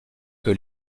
que